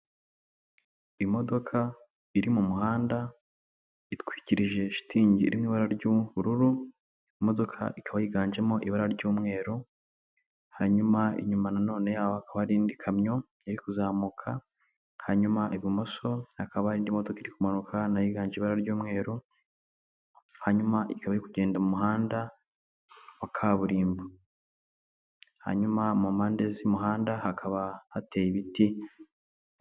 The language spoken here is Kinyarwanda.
Imodoka iri mu muhanda itwikirije shitingi iri mu ibara ry'ubururu, imodoka ikaba yiganjemo ibara ry'umweru, hanyuma inyuma nanone hakaba hari indi kamyo irikuzamuka, hanyuma ibumoso hakaba indi modoka iri kumanuka nayo yiganjemo ibara ry'umweru, hanyuma ikaba irikugenda mu muhanda wa kaburimbo, hanyuma mu mpande z'umuhanda hakaba hateye ibiti.